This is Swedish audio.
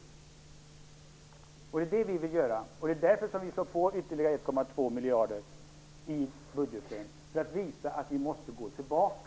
Det talas om det i reservationen i dagens betänkande. Det är det vi vill göra. Vi slår på ytterligare 1,2 miljarder i budgeten för att visa att vi måste gå tillbaka.